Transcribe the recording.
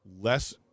less